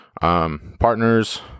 partners